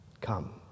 come